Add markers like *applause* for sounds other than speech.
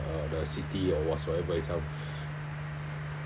uh the city or whatsoever itself *breath*